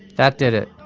that did it.